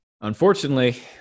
Unfortunately